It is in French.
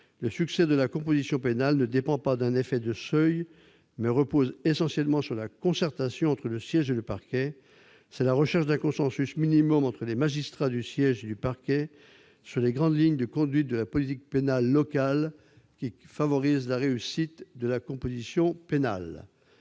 Le succès de la composition pénale ne dépend pas d'un effet de seuil, mais repose essentiellement sur la concertation entre le siège et le parquet. C'est la recherche d'un consensus minimum entre les magistrats du siège et du parquet sur les grandes lignes de conduite de la politique pénale locale qui favorise la réussite de la composition pénale.